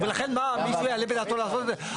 אז מישהו יעלה בדעתו לעשות את זה?